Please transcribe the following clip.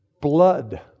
blood